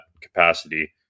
capacity